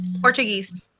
Portuguese